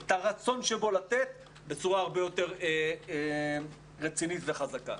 את הרצון שבו לתת בצורה הרבה יותר רצינית וחזקה.